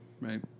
Right